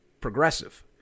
progressive